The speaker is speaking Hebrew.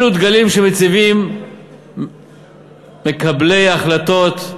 אלה דגלים שמציבים מקבלי ההחלטות,